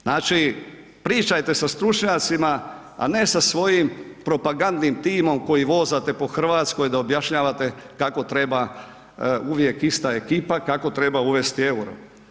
Znači, pričajte sa stručnjacima, a ne sa svojim propagandnim timom koji vozate po Hrvatskoj da objašnjavate kako treba, uvijek ista ekipa, kako treba uvesti EUR-o.